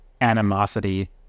animosity